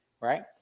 right